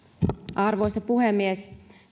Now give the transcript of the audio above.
arvoisa puhemies